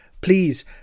please